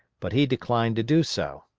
but he declined to do so.